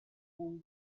wool